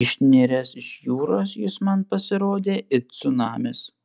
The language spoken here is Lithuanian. išniręs iš jūros jis man pasirodė it cunamis